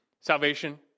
Salvation